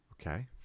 okay